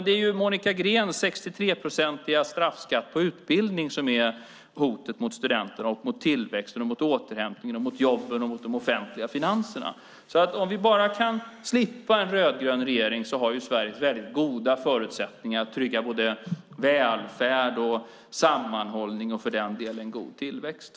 Det är Monica Greens 63-procentiga straffskatt på utbildning som är hotet mot studenterna, tillväxten, återhämtningen, jobben och de offentliga finanserna. Om vi bara kan slippa en rödgrön regering har Sverige väldigt goda förutsättningar för att trygga både välfärd och sammanhållning och för den delen även god tillväxt.